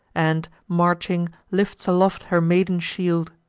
and, marching, lifts aloft her maiden shield.